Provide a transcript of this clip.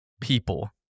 people